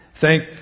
Thank